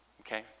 okay